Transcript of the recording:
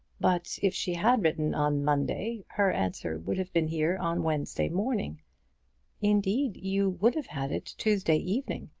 but if she had written on monday, her answer would have been here on wednesday morning indeed, you would have had it tuesday evening,